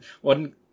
one